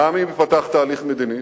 גם אם ייפתח תהליך מדיני,